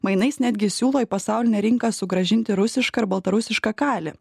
mainais netgi siūlo į pasaulinę rinką sugrąžinti rusišką ir baltarusišką kalį